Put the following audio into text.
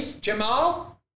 Jamal